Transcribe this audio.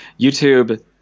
YouTube